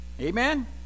Amen